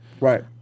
Right